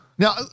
Now